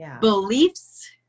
beliefs